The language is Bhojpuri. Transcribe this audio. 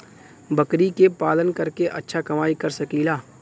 बकरी के पालन करके अच्छा कमाई कर सकीं ला?